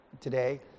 today